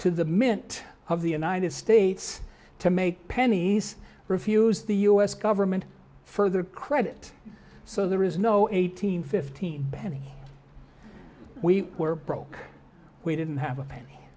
to the mint of the united states to make pennies refuse the us government further credit so there is no eight hundred fifteen penny we were broke we didn't have a penny